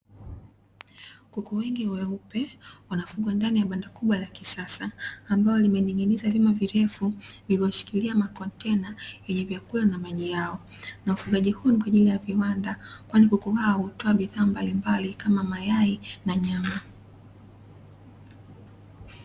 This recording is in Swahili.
Kuku wengi weupe, wanafugwa ndani ya banda kubwa la kisasa, ambalo limening'inizwa vyuma virefu vilivyoshikilia makontena yenye vyakula na maji yao. Na ufugaji huo ni kwa ajili ya viwanda, kwani kuku hao hutoa bidhaa mbalimbali kama mayai na nyama.